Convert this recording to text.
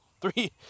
Three